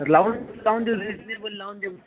लावून देऊ लावून देऊ रिजनेबल लावून देऊ